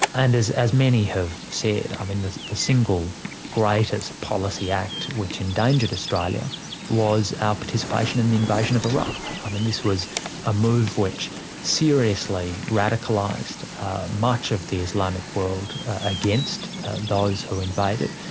and as as many have said, i mean the single greatest policy act which endangered australia was our participation in the invasion of iraq. i mean this was a move which seriously radicalised much of the islamic world against those who invaded.